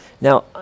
Now